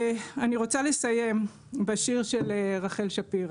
אני רוצה לסיים בשיר של רחל שפירא,